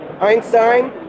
Einstein